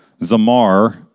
Zamar